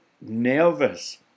nervous